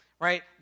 right